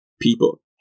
people